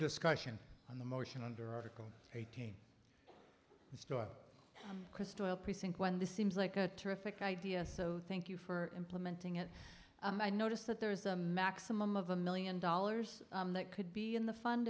discussion on the motion under article eighteen story crystal precinct when this seems like a terrific idea so thank you for implementing it i noticed that there is a maximum of a million dollars that could be in the fund